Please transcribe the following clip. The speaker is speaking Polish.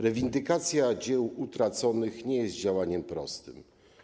Rewindykacja dzieł utraconych nie jest działaniem prostym.